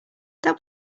that